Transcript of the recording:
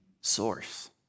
source